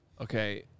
Okay